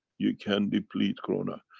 you can deplete corona.